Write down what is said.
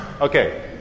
Okay